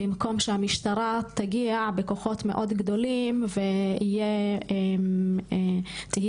במקום שהמשטרה תגיע בכוחות מאוד גדולים ותהיה אלימות,